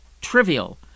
trivial